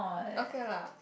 okay lah